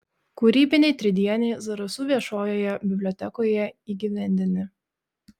kūrybiniai tridieniai zarasų viešojoje bibliotekoje įgyvendini